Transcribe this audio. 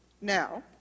Now